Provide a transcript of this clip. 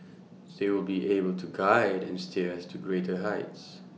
they will be able to guide and steer us to greater heights